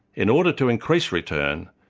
in order to increase return,